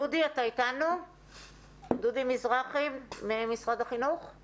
דודי מזרחי, אתה איתנו?